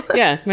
yeah,